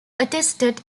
attested